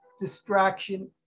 distraction